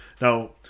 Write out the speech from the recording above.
Now